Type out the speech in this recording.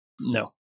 No